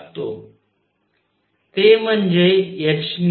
ते म्हणजे hν